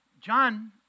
John